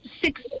six